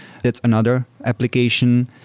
that's another application.